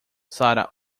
sarah